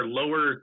lower –